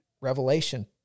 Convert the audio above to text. Revelation